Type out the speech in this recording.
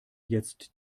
jetzt